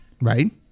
right